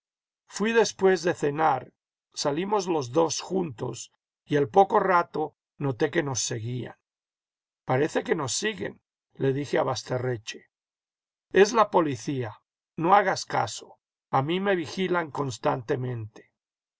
fui después de cenar salimos los dos juntos y al poco rato noté que nos seguían parece que nos siguen le dije a basterreche es la policía no hagas caso a mí me vigilan constantemente